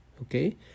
Okay